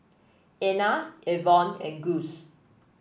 Ena Evonne and Gus